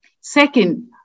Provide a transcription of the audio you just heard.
Second